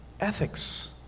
ethics